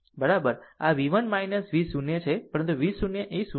આ v 1 v 0 છે પરંતુ v 0 એ 0 છે